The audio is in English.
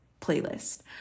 playlist